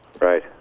Right